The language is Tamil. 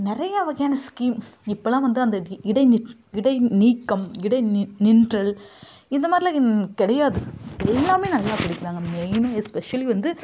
நிறைய வகையான ஸ்கீம் இப்பல்லாம் வந்து அந்த இடை இடைநீக்கம் இடை நின்றல் இந்த மாதிரிலாம் கிடையாது எல்லாமே நல்லா படிக்கிறாங்க மெயினாக எஸ்பெஷலி வந்து